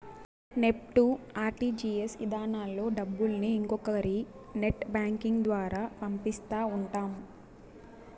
NEFT, RTGS ఇధానాల్లో డబ్బుల్ని ఇంకొకరి నెట్ బ్యాంకింగ్ ద్వారా పంపిస్తా ఉంటాం